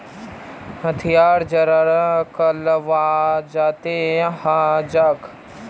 हटियात चारार कालाबाजारी ह छेक